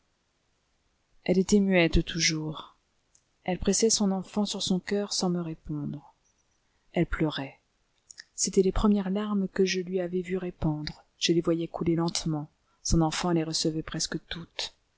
elle était muette toujours elle pressait son enfant sur son coeur sans me répondre elle pleurait c'étaient les premières larmes que je lui avais vu répandre je les voyais couler lentement son enfant les recevait presque toutes